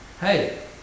Hey